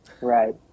right